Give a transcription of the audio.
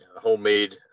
homemade